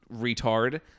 retard